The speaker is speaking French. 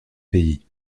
pays